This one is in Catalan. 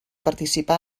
participà